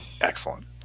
excellent